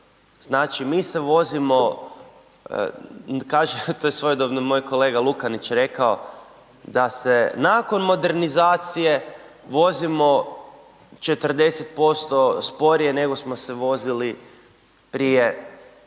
Znači mi se vozimo, kaže to je svojedobno moj kolega Lukanić rekao, da se nakon modernizacije vozimo 40% sporije nego smo se vozili prije 30 godina.